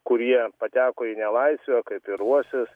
kurie pateko į nelaisvę kaip ir uosis